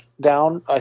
down